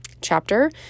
chapter